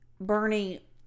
bernie